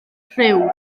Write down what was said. rhyw